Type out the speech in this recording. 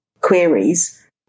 queries